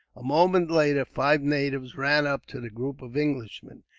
a moment later, five natives ran up to the group of englishmen.